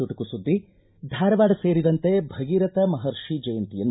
ಚುಟುಕು ಸುದ್ದಿ ಧಾರವಾಡ ಸೇರಿದಂತೆ ಭಗೀರಥ ಮಪರ್ಷಿ ಜಯಂತಿಯನ್ನು